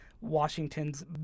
Washington's